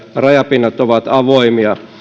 rajapinnat ovat avoimia